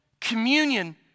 communion